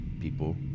people